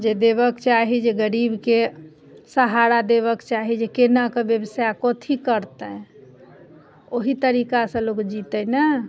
जे देबऽके चाही जे गरीबके सहारा देबऽके चाही जे कोनाके बेवसाइ कथी करतै ओहि तरीकासँ लोक जीतै ने